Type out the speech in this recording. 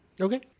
Okay